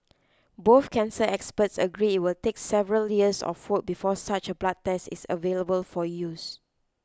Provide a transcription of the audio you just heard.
both cancer experts agree it will take several years of work before such a blood test is available for use